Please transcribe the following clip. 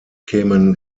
kämen